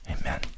Amen